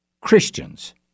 Christians